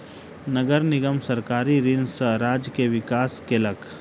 नगर निगम सरकारी ऋण सॅ राज्य के विकास केलक